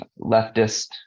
leftist